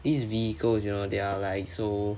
these vehicles you know there are like so